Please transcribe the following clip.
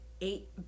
eight